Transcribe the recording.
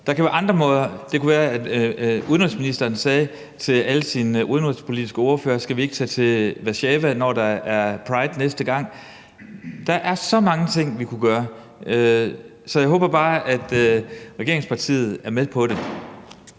Der kan også være andre måder; det kunne f.eks. være, at udenrigsministeren sagde til alle de udenrigspolitiske ordførere: Skal vi ikke tage til Warszawa, når der er Pride næste gang? Der er så mange ting, vi kunne gøre, så jeg håber bare, at regeringspartiet er med på det.